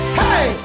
hey